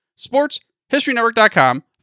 sportshistorynetwork.com